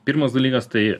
pirmas dalykas tai